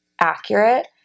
accurate